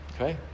Okay